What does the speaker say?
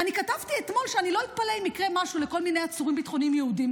כתבתי אתמול שלא אתפלא אם יקרה משהו לכל מיני עצורים ביטחוניים יהודים.